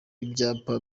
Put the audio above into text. ibyapa